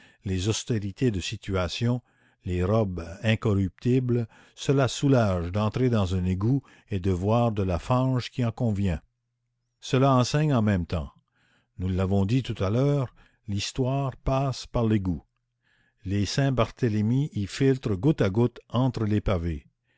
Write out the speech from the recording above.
les austérités de situation les robes incorruptibles cela soulage d'entrer dans un égout et de voir de la fange qui en convient cela enseigne en même temps nous l'avons dit tout à l'heure l'histoire passe par l'égout les saint-barthélemy y filtrent goutte à goutte entre les pavés